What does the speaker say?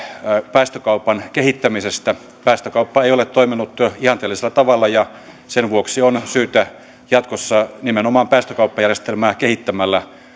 päästökaupan kehittämisestä päästökauppa ei ole toiminut ihanteellisella tavalla ja sen vuoksi on syytä jatkossa nimenomaan päästökauppajärjestelmää kehittämällä